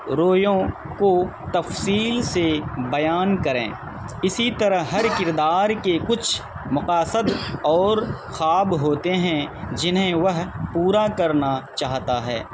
رویوں کو تفصیل سے بیان کریں اسی طرح ہر کردار کے کچھ مقاصد اور خواب ہوتے ہیں جنہیں وہ پورا کرنا چاہتا ہے